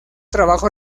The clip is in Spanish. trabajo